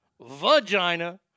vagina